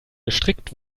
gestrickt